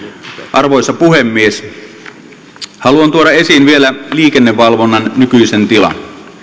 arvoisa puhemies haluan tuoda esiin vielä liikennevalvonnan nykyisen tilan